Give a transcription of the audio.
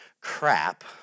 crap